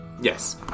Yes